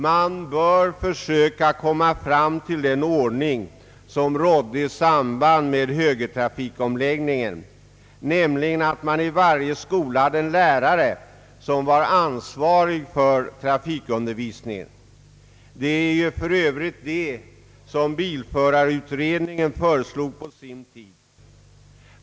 Man bör försöka komma fram till den ordniftg som rådde i samband med högertrafikomläggningen, nämligen «att man — som jag redan sagt — i varje skola hade en lärare, som var ansvarig för trafikundervisningen. Det var för övrigt det bilförarutredningen föreslog på sin tid.